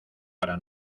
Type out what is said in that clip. para